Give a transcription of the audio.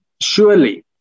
surely